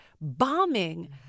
bombing